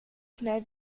schnell